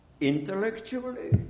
intellectually